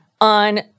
On